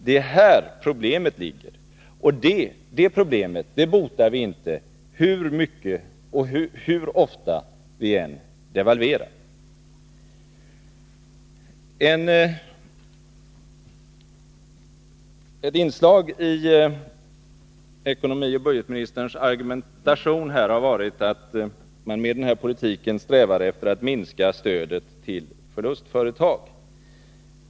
Det är här problemet ligger, och det botar vi inte hur mycket och hur ofta vi än devalverar. Ett inslag i ekonomioch budgetministerns argumentation har varit att man med den här politiken strävar efter att minska stödet till förlustföretagen.